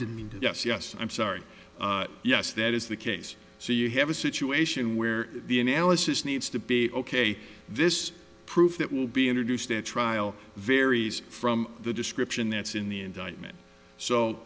didn't mean yes yes i'm sorry yes that is the case so you have a situation where the analysis needs to be ok this proof that will be introduced at trial varies from the description that's in the indictment so